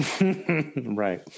Right